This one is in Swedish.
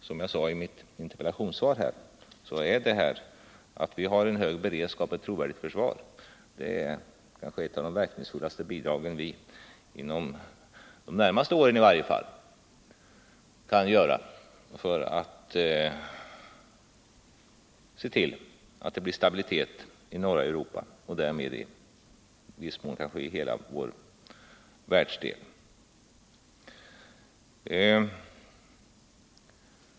Som jag sade i mitt interpellationssvar är det faktum att vi har en hög beredskap och ett trovärdigt försvar kanske ett av de verkningsfullaste bidragen vi, i varje fall inom de närmaste åren, kan lämna till stabiliteten i norra Europa och i viss mån kanske i hela vår världsdel.